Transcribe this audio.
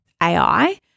AI